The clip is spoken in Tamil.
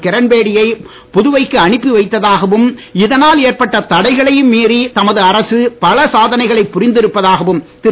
கிரண்பேடியை புதுவைக்கு அனுப்பி வைத்த்தாகவும் இதனால் ஏற்பட்ட தடைகளையும் மீறி தமது அரசு பல சாதனைகளை புரிந்து இருப்பதாகவும் திரு